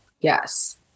Yes